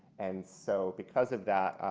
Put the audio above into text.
and so because of that,